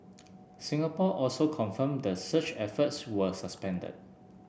Singapore also confirmed the search efforts were suspended